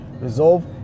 resolve